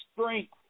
strength